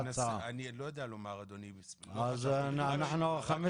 הסלקום ועכשיו אני משלמת אותו באיחור עם תוספת